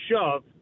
shove